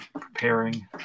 preparing